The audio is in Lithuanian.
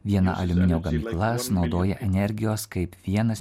viena aliuminio gamykla sunaudoja energijos kaip vienas